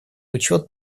учет